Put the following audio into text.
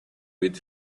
with